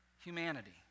humanity